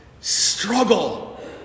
struggle